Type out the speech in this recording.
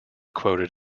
quoted